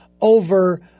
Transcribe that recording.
over